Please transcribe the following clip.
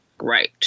right